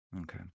Okay